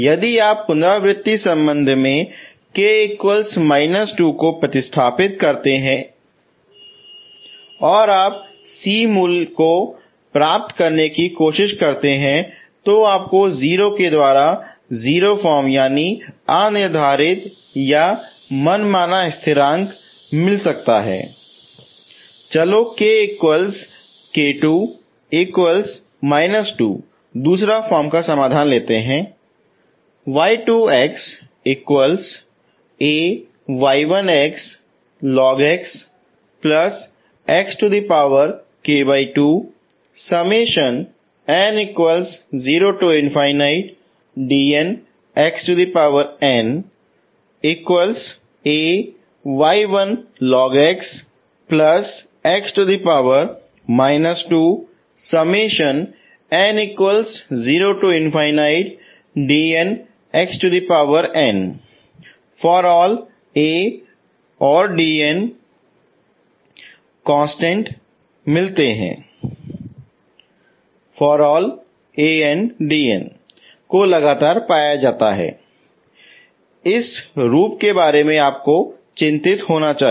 यदि आप पुनरावृति संबंध में k 2 को प्रतिस्थापित करते हैं और आप C मूल्यों को प्राप्त करने की कोशिश करते हैं तो आपको 0 के द्वारा0 फॉर्म यानी अनिर्धारितमनमाना स्थिर कुछ मिल सकता है चलो k k2 2 दूसरा फार्म का समाधान है को लगातार पाया जाता है इस रूप के बारे में आपको चिंतित होना चाहिए